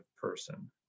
person